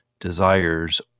desires